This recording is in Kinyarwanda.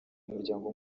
umuryango